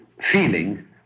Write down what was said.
feeling